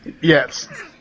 Yes